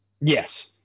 Yes